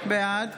בעד